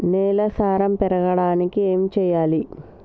నేల సారం పెరగడానికి ఏం చేయాలి?